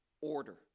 order